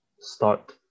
start